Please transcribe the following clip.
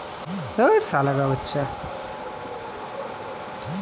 খামারে অনেক রকমের গৃহপালিত প্রজাতির প্রাণীদের পালন করা হয়